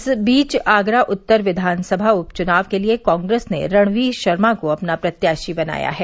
इस बीच आगरा उत्तर विधानसभा उप चुनाव के लिये कांग्रेस ने रणवीर शर्मा को अपना प्रत्याशी बनाया है